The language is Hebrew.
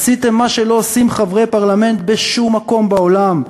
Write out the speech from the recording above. עשיתם מה שלא עושים חברי פרלמנט בשום מקום בעולם.